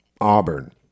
Auburn